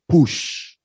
push